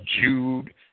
Jude